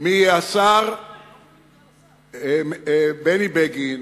מהשר בני בגין